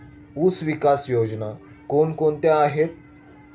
ऊसविकास योजना कोण कोणत्या आहेत?